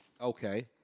Okay